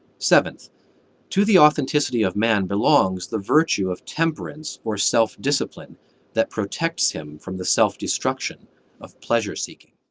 seventh to the authenticity of man belongs the virtue of temperance or self-discipline that protects him from the self destruction of pleasure seeking.